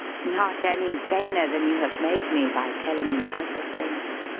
not any vainer than you have made me by telling me other things,